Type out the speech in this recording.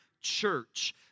church